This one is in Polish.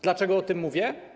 Dlaczego o tym mówię?